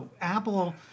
Apple